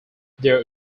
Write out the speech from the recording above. their